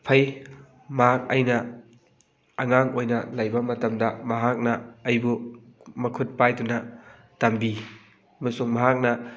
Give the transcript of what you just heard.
ꯐꯩ ꯃꯍꯥꯛ ꯑꯩꯅ ꯑꯉꯥꯡ ꯑꯣꯏꯅ ꯂꯩꯕ ꯃꯇꯝꯗ ꯃꯍꯥꯛꯅ ꯑꯩꯕꯨ ꯃꯈꯨꯠ ꯄꯥꯏꯗꯨꯅ ꯇꯝꯕꯤ ꯑꯃꯁꯨꯡ ꯃꯍꯥꯛꯅ